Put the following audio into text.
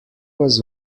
was